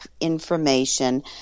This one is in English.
information